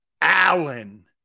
Allen